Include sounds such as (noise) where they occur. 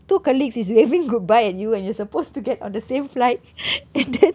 two colleagues is waving goodbye at you and you are supposed to get on the same flight (noise) and then